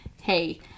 hey